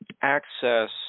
access